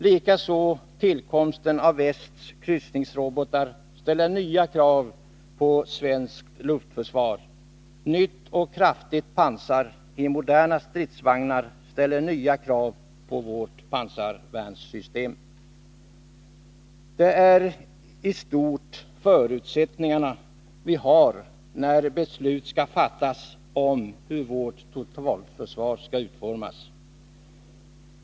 Likaså ställer tillkomsten av västs kryssningsrobotar nya krav på svenskt luftförsvar. Nytt och kraftigt pansar i moderna stridsvagnar ställer nya krav på vårt pansarvärnssystem. Det är i stort dessa förutsättningar som gäller när vi skall fatta beslut om hur vårt totalförsvar skall utformas.